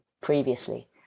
previously